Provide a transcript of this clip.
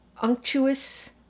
unctuous